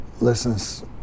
listens